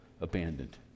abandoned